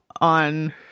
on